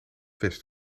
west